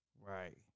Right